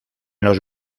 los